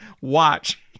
watch